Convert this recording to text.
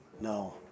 No